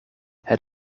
het